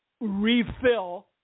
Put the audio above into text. refill